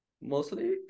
mostly